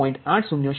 807 degree મલ્યુ